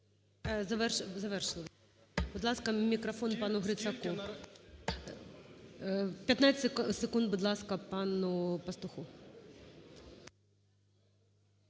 Завершили. Будь ласка, мікрофон пану Грицаку. 15 секунд, будь ласка, пану Пастуху.